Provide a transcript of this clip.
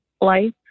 life